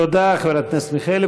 תודה, חברת הכנסת מיכאלי.